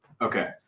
Okay